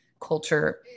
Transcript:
culture